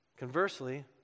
Conversely